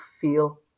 feel